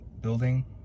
building